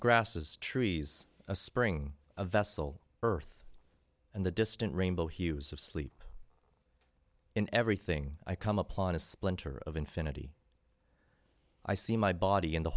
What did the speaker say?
grasses trees a spring a vessel earth and the distant rainbow hues of sleep in everything i come upon a splinter of infinity i see my body in the